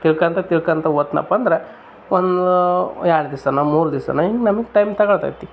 ತಿಳ್ಕೋಂತ ತಿಳ್ಕೋಂತ ಓದ್ನಪ್ಪ ಅಂದ್ರೆ ಒಂದು ಎರಡು ದಿವ್ಸ ಮೂರು ದಿವ್ಸ ಹಿಂಗೆ ನಮಗ್ ಟೈಮ್ ತಗೋಳ್ತತಿ